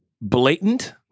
blatant